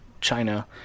China